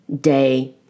day